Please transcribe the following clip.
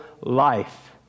life